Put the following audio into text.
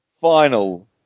final